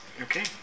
Okay